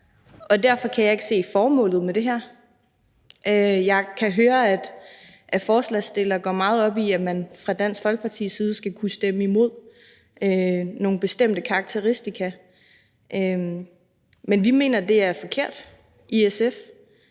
Og derfor kan jeg ikke se formålet med det her. Jeg kan høre, at forslagsstillerne går meget op i, at man fra Dansk Folkepartis side skal kunne stemme imod nogle bestemte karakteristika, men vi mener i SF, det er forkert, at